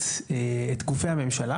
את גופי הממשלה,